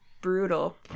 Brutal